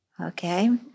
Okay